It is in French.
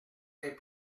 des